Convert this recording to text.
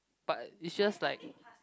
but it's just like